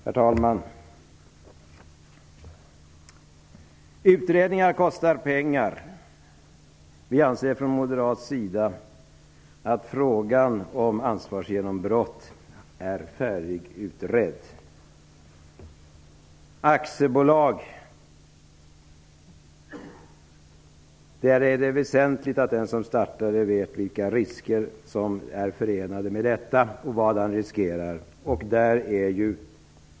Herr talman! Utredningar kostar pengar. Vi moderater anser att frågan om ansvarsgenombrott är färdigutredd. Det är väsentligt att den som startar aktiebolag vet vilka risker som är förenade med detta och vad han riskerar.